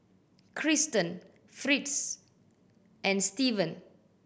Kristen Fritz and Stevan